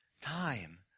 time